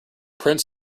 prince